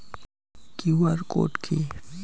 QR code কি?